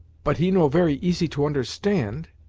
but he no very easy to understand.